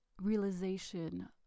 realization